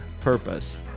purpose